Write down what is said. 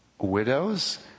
widows